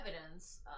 evidence